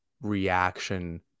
reaction